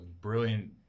brilliant